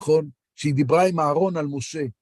נכון? שהיא דיברה עם הארון על משה.